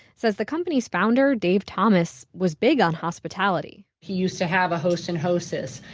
said the company's founder, dave thomas, was big on hospitality he used to have a host and hostess.